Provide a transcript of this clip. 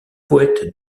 poètes